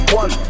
one